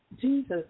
Jesus